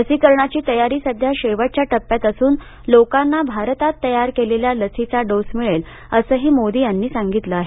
लसीकरणाची तयारी सध्या शेवटच्या टप्प्यात असून लोकांना भारतात तयार केलेल्या लसीचा डोस मिळेल असंही मोदी यांनी सांगितलं आहे